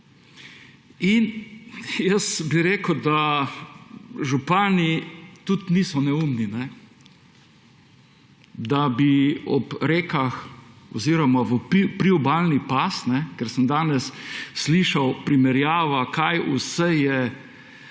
Jaz bi rekel, da župani tudi niso neumni, da bi ob rekah oziroma v priobalni pas, ker sem danes slišal, kaj vse je